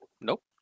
Nope